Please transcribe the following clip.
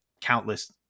countless